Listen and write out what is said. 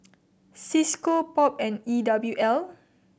Cisco POP and E W L